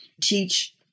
teach